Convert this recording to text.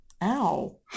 Ow